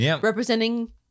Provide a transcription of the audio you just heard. representing